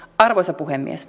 arvoisa puhemies